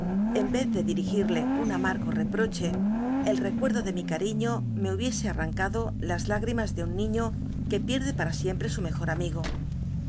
en vez de clirigide un amargo rcproche el recuenlo de mi carií ío me hubiese arrancado las hígrimas de un a siempre su mejor amigg